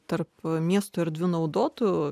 tarp miesto erdvių naudotų